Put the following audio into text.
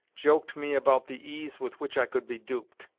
joked me about the ease with which i could be duped.